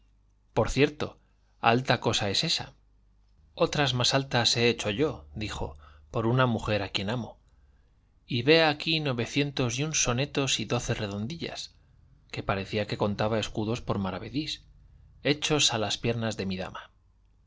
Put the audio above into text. por cierto alta cosa es esa otras más altas he hecho yo dijo por una mujer a quien amo y vea aquí novecientos y un sonetos y doce redondillas que parecía que contaba escudos por maravedís hechos a las piernas de mi dama